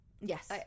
Yes